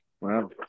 wow